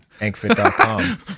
ankfit.com